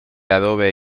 adobe